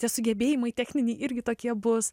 tie sugebėjimai techniniai irgi tokie bus